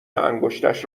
انگشتش